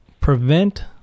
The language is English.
prevent